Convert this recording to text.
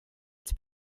its